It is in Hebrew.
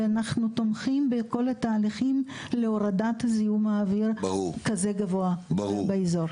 ואנחנו תומכים בכל התהליכים להורדת זיהום האוויר שהוא כזה גבוה באזור.